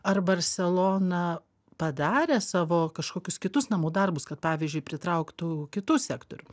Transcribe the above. ar barselona padarė savo kažkokius kitus namų darbus kad pavyzdžiui pritrauktų kitų sektorių